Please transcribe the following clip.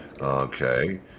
Okay